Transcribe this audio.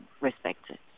respected